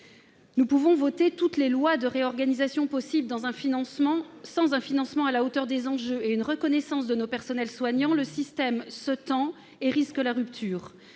Nous pouvons voter toutes les lois de réorganisation possibles, en l'absence d'un financement à la hauteur des enjeux et d'une reconnaissance de nos personnels soignants, le système se tend et risque la rupture.